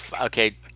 okay